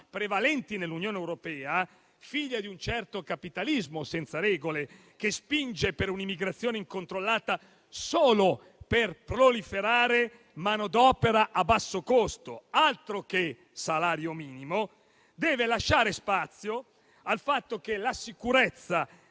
prevalenti nell'Unione europea, figlie di un certo capitalismo senza regole, che spinge per un'immigrazione incontrollata solo per far proliferare manodopera a basso costo (altro che salario minimo), devono lasciare spazio al fatto che la sicurezza